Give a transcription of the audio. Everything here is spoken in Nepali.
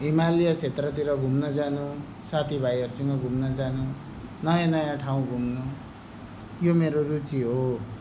हिमालय क्षेत्रतिर घुम्न जानु साथीभाइहरूसँग घुम्न जानु नयाँ नयाँ ठाउँ घुम्नु यो मेरो रुचि हो